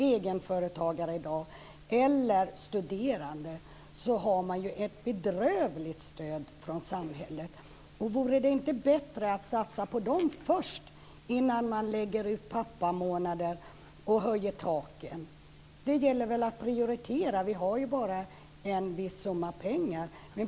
Egenföretagare och studerande har ju ett bedrövligt stöd från samhället i dag. Vore det inte bättre att satsa på dem först innan man lägger ut pappamånader och höjer taken? Det gäller väl att prioritera. Vi har ju bara en viss summa pengar.